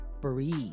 breathe